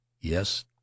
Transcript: Yes